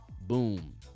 boom